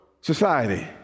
society